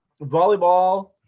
volleyball